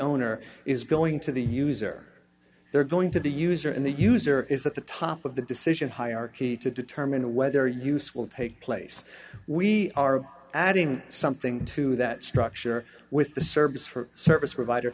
owner is going to the user they're going to the user and the user is at the top of the decision hierarchy to determine whether use will take place we are adding something to that structure with the service for service provider